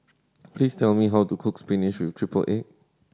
please tell me how to cook spinach with triple egg